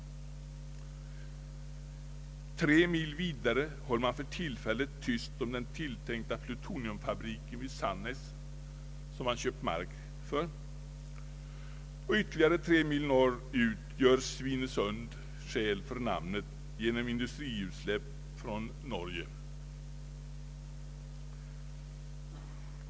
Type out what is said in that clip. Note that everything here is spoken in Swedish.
Ytterligare tre mil norrut skulle den tilltänkta plutoniumfabriken i Sannäs, som man köpt mark för, komma att ligga, men den håller man för tillfället tyst om. Tre mil längre norrut gör Svinesund skäl för namnet genom industriutsläpp från Norge.